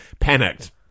Panicked